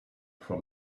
for